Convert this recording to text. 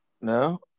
No